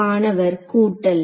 மாணவர் கூட்டல்